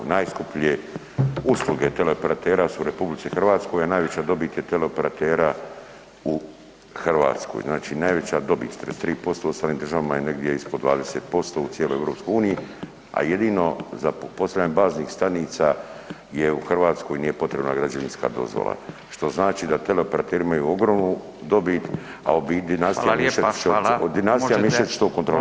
Najskuplje usluge teleoperatera su u RH, a najveća dobit je teleoperatera u Hrvatskoj, znači najveća dobit 33% u ostalim državama je negdje ispod 20% u cijeloj EU, a jedino za postavljanje baznih stanica je u Hrvatskoj nije potrebna građevinska dozvola, što znači da teleoperateri imaju ogromnu dobiti, a u biti dinastija [[Upadica: Hvala lijepa.]] Mišetić to kontrolira.